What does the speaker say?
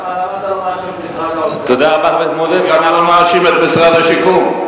למה אתה לא מאשים את משרד האוצר?